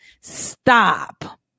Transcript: Stop